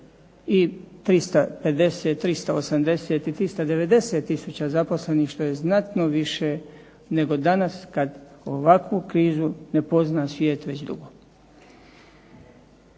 i 350, 380 i 390000 zaposlenih što je znatno više nego danas kad ovakvu krizu ne pozna svijet već dugo.